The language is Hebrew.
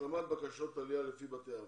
השלמת בקשות עלייה לפי בתי אב.